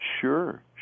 Sure